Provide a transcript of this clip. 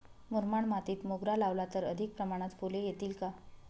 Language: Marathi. मुरमाड मातीत मोगरा लावला तर अधिक प्रमाणात फूले येतील का?